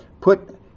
put